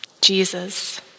Jesus